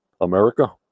America